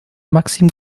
maxim